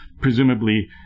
presumably